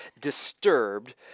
disturbed